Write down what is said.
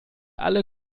alle